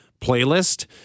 playlist